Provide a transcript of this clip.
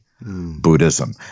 Buddhism